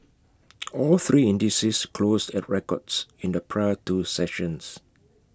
all three indices closed at records in the prior two sessions